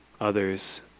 others